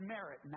merit